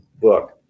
book